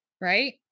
right